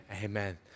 amen